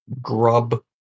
grub